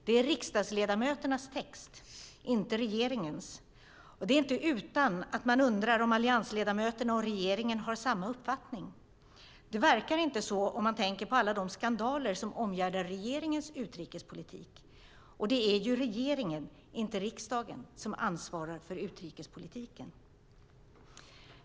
Det är riksdagsledamöternas text - inte regeringens. Det är inte utan att man undrar om alliansledamöterna och regeringen har samma uppfattning. Det verkar inte så om man tänker på alla de skandaler som omgärdar regeringens utrikespolitik. Och det är ju regeringen, inte riksdagen, som ansvarar för utrikespolitiken.